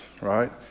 right